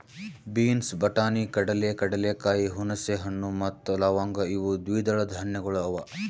beans, ಬಟಾಣಿ, ಕಡಲೆ, ಕಡಲೆಕಾಯಿ, ಹುಣಸೆ ಹಣ್ಣು ಮತ್ತ ಲವಂಗ್ ಇವು ದ್ವಿದಳ ಧಾನ್ಯಗಳು ಅವಾ